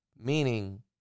meaning